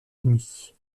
ennemies